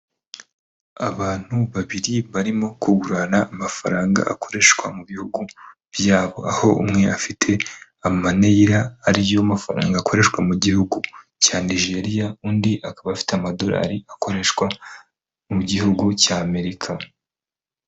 Abantu babiri barimo kugurana amafaranga akoreshwa mu bihugu byabo, aho umwe afite Amaneyila ari yo mafaranga akoreshwa mu gihugu cya Nigeria, undi akaba afite amadoralari akoreshwa mu gihugu cy'Amerika.